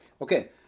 Okay